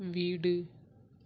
வீடு